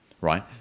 right